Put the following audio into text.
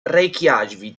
reykjavík